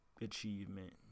achievement